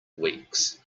weeks